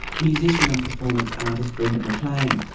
musician and performance artist brendan maclean.